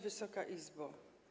Wysoka Izbo!